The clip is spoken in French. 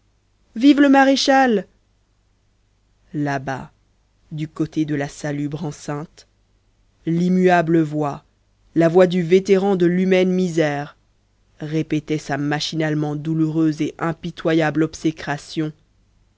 vive le maréchal là-bas du côté de la salubre enceinte l'immuable voix la voix du vétéran de l'humaine misère répétait sa machinalement douloureuse et impitoyable